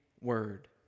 word